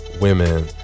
women